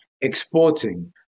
exporting